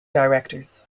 directors